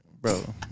bro